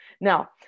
Now